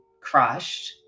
crushed